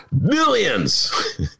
millions